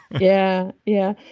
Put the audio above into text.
yeah. yeah.